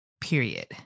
period